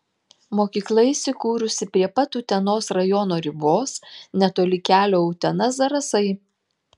mokykla įsikūrusi prie pat utenos rajono ribos netoli kelio utena zarasai